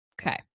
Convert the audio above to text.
Okay